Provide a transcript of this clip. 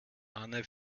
anne